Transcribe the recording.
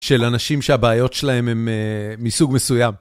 של אנשים שהבעיות שלהם הם מסוג מסוים.